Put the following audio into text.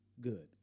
good